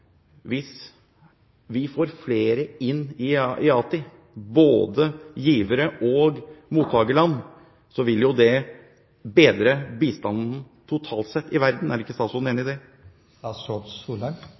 Hvis vi får flere inn i IATI, både givere og mottakerland, vil det bedre bistanden totalt sett i verden. Er ikke statsråden enig